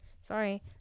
sorry